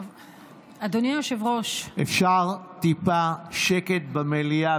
היושב-ראש, אפשר טיפה שקט במליאה?